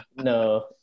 No